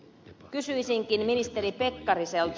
kysyisinkin ministeri pekkariselta